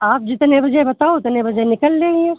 आप जितने बजे बताओ उतने बजे निकल लेंगे